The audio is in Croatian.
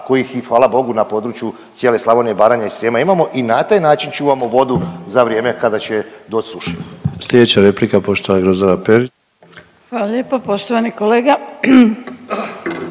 kojih i hvala bogu na području cijele Slavonije, Baranje i Srijema imamo i na taj način čuvamo vodu za vrijeme kada će doći suša.